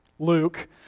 luke